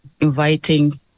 inviting